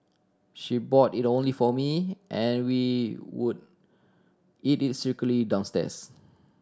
she bought it only for me and we would eat it secretly downstairs